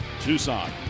Tucson